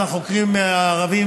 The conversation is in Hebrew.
החוקרים הערבים